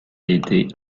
été